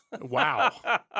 Wow